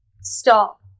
stop